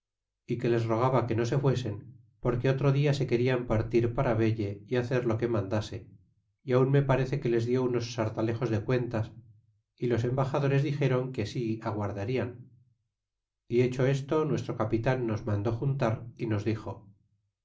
é que les rogaba que no se fuesen porque otro dia se querian partir para velle hacer lo que mandase y aun me parece que les dió unos sartalejos de cuentas é los embaxadores dixéron que si aguardarian y hecho esto nuestro capitan nos mandó juntar y nos dixo